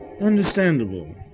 Understandable